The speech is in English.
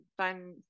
fun